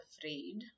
afraid